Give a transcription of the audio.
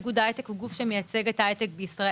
גוף ההייטק הוא גוף שמייצג את ההייטק בישראל,